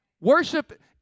Worship